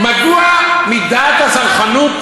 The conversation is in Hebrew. מדוע מידת הסלחנות,